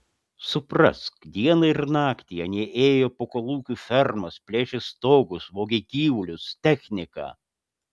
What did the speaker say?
suprask dieną ir naktį anie ėjo po kolūkių fermas plėšė stogus vogė gyvulius techniką